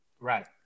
Right